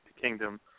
Kingdom